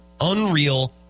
unreal